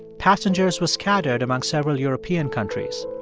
passengers were scattered among several european countries.